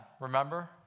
remember